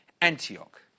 Antioch